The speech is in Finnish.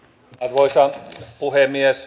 arvoisa puhemies